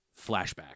flashback